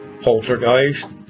Poltergeist